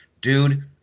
dude